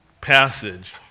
passage